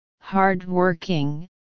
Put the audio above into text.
hard-working